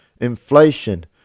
inflation